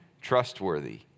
trustworthy